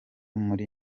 muri